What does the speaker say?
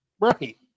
Right